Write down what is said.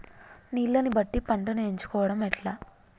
నీళ్లని బట్టి పంటను ఎంచుకోవడం ఎట్లా?